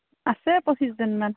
আছে পঁচিছ দিনমান